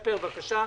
תספר בבקשה.